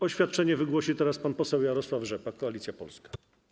Oświadczenie wygłosi teraz pan poseł Jarosław Rzepa, Koalicja Polska.